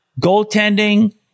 goaltending